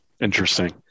Interesting